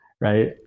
right